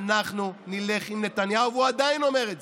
אנחנו נלך עם נתניהו, והוא עדיין אומר את זה.